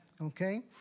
Okay